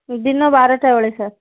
ଦିନ ବାରଟା ବେଳେ ସାର୍